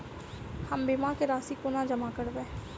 हम बीमा केँ राशि कोना जमा करबै?